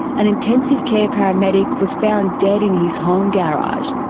an intensive care paramedic was found dead in his home garage.